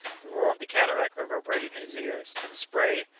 the roar of the cataract reverberated in his ears, and the spray,